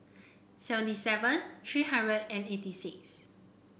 seventy seven three hundred and eighty six